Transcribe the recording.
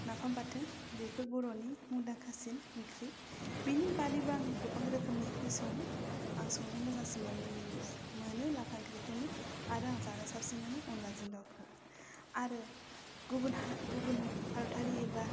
नाफाम बाथोन बेफोर बर'नि मुंदांखासिन ओंख्रि बिनि बादैबो आं गोबां रोखोमनि ओंख्रि सङो आं संनो मोजांसिन मोनो लाफा ओंख्रिखौनो आरो आं जानो साबसिन मोनो अनद्लाजों दाउखो आरो गुबुन गुबुन भारतारि एबा